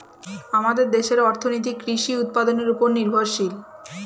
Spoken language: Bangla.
আমাদের দেশের অর্থনীতি কৃষি উৎপাদনের উপর নির্ভরশীল